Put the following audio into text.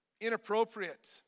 inappropriate